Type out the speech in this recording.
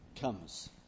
comes